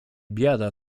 biada